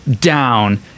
down